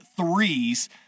threes